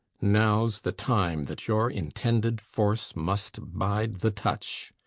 now's the time, that your intended force must bide the touch.